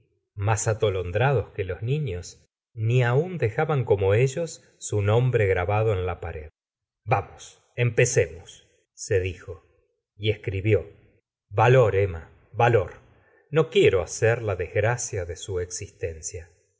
más atolondrados que los niños ni aun dejaban como ellos su nombre grabado en la pared vamos empecemos se dijo y escribió cvalor emma valor no quiero hacer la desgracia de su existencia